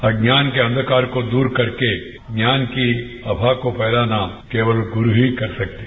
अज्ञान के अंधकार को दूर करके ज्ञान की आभा को फैलाना केवल गुरू ही कर सकते हैं